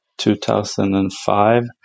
2005